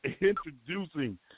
introducing